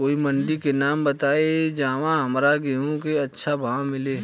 कोई मंडी के नाम बताई जहां हमरा गेहूं के अच्छा भाव मिले?